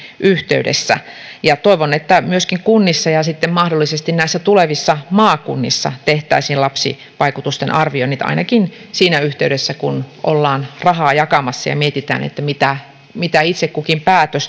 yhteydessä toivon että myöskin kunnissa ja sitten mahdollisesti näissä tulevissa maakunnissa tehtäisiin lapsivaikutusten arvioinnit ainakin siinä yhteydessä kun ollaan rahaa jakamassa ja mietitään mitä mitä itse kukin